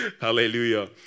Hallelujah